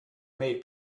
made